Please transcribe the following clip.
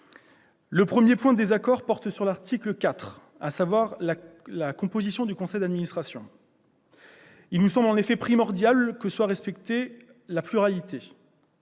Le premier point de désaccord porte sur l'article 4, relatif à la composition du conseil d'administration. Il nous semble en effet primordial que le pluralisme